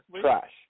trash